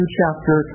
chapter